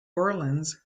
orleans